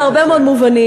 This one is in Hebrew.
בהרבה מאוד מובנים,